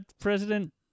President